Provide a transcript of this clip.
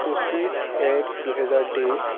পঁচিছ এক দুহেজাৰ তেইছ